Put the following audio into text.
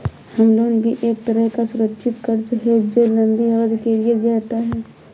home loan भी एक तरह का सुरक्षित कर्ज है जो लम्बी अवधि के लिए दिया जाता है